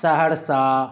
Saharsa